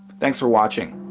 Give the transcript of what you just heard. thanks for watching.